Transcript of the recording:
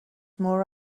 more